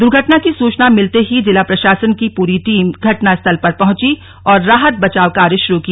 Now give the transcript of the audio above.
दुर्घटना की सूचना मिलते ही जिला प्रशासन की पूरी टीम घटना स्थल पर पहुंची और राहत बचाव कार्य शुरू किया